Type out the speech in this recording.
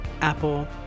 apple